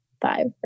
five